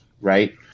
right